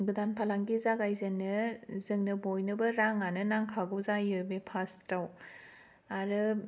गोदान फालांगि जागायजेननो जोंनो बयनोबो रां आनो नांखागौ जायो बे फार्सट आव आरो